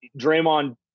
Draymond